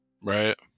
Right